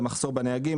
המחסור בנהגים,